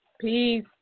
Peace